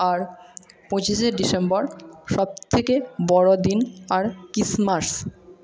আর পঁচিশে ডিসেম্বর সব থেকে বড়ো দিন আর ক্রিসমাস